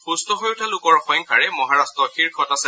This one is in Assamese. সুস্থ হৈ উঠা লোকৰ সংখ্যাৰে মহাৰাট্ট শীৰ্ষত আছে